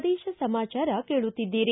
ಪ್ರದೇಶ ಸಮಾಚಾರ ಕೇಳುತ್ತಿದ್ದೀರಿ